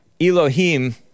Elohim